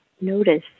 notice